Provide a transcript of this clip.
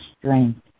strength